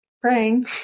praying